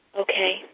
Okay